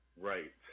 Right